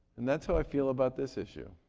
and that's how i feel about this issue.